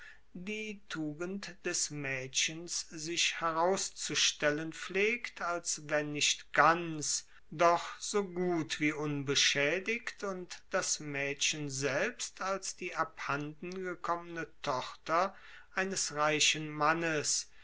die tugend des maedchens sich herauszustellen pflegt als wenn nicht ganz doch so gut wie unbeschaedigt und das maedchen selbst als die abhanden gekommene tochter eines reichen mannes